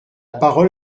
parole